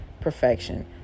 perfection